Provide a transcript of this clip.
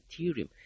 Ethereum